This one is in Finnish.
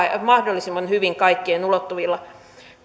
mahdollisimman hyvin kaikkien ulottuvilla